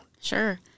Sure